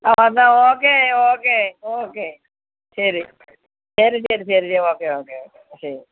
എന്നാൽ okay okay okay ശരി ശരി ശരി ശരി ഓക്കെ ഓക്കെ ഓക്കെ ശരി